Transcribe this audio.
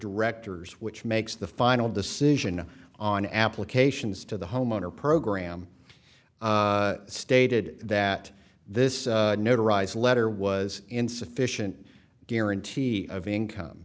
directors which makes the final decision on applications to the homeowner program stated that this notarized letter was insufficient guarantee of income